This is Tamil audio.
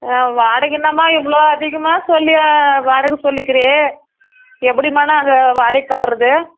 ஆ வாடகை என்னம்மா இவ்வளோ அதிகமாக சொல்லி வாடகை சொல்லிக்கிரே எப்படிம்மா நாங்கள் வாடகை கட்டுறது